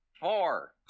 four